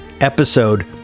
episode